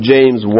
James